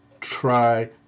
Try